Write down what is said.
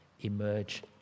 emerge